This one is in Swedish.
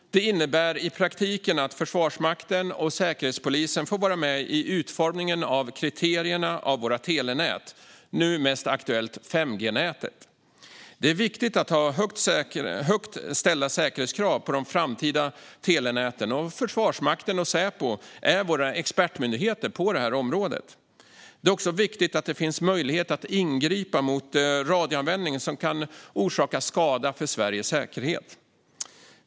Det innebär i praktiken att Försvarsmakten och Säkerhetspolisen får vara med vid utformningen av kriterierna av våra telenät, nu mest aktuellt 5G-nätet. Det är viktigt att ha högt ställda säkerhetskrav på de framtida telenäten, och Försvarsmakten och Säpo är våra expertmyndigheter på det här området. Det är också viktigt att det finns möjlighet att ingripa mot radioanvändning som kan orsaka skada för Sveriges säkerhet.